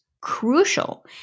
crucial